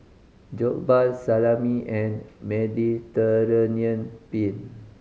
Jokbal Salami and Mediterranean Penne